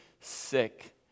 sick